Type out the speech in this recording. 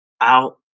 out